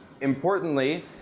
Importantly